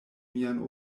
mian